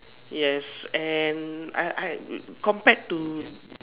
yes and I I compared to